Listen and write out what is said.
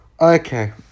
Okay